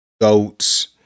goats